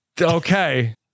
Okay